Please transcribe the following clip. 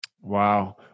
Wow